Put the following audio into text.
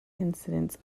incidents